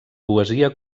poesia